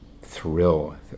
thrill